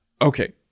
Okay